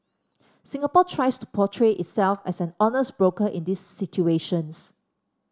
Singapore tries to portray itself as an honest broker in these situations